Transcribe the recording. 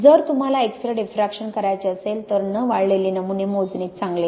जर तुम्हाला X ray diffraction करायचे असेल तर न वाळलेले नमुने मोजणे चांगले